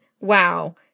Wow